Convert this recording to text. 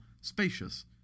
spacious